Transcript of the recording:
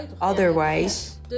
Otherwise